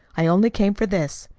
i only came for this.